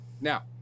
Now